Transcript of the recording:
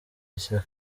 ishyaka